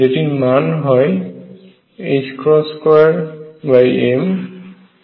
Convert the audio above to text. যেটির মান হয় 2m kΔk